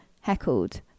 heckled